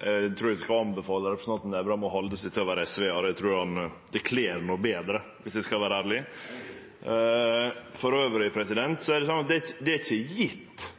Eg trur eg vil anbefale representanten Nævra å halde seg til å vere SV-ar. Det kler han betre, viss eg skal vere ærleg. Jeg er enig i det. Elles er det sånn at det ikkje er gjeve at ein